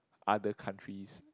other countries